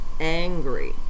angry